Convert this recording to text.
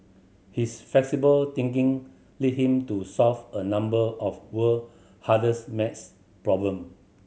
his flexible thinking lead him to solve a number of world hardest maths problems